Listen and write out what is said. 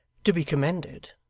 to be commended,